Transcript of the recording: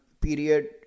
period